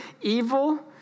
evil